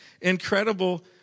incredible